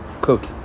Quote